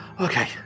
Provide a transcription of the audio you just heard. Okay